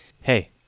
Hey